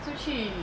出去